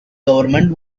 government